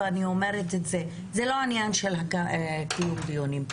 זה לא עניין של קיום דיונים,